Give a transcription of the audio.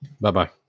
Bye-bye